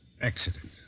accident